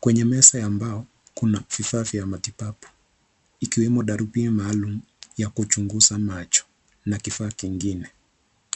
Kwenye meza ya mbao kuna vifaa vya matibabu ikiwemo darubini maalum ya kuchunguza macho na kifaa kingine.